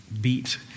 beat